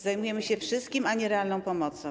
Zajmujemy się wszystkim, ale nie realną pomocą.